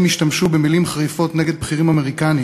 השתמשו במילים חריפות נגד בכירים אמריקנים,